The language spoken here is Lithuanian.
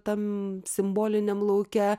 tam simboliniam lauke